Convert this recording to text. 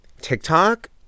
TikTok